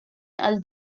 għal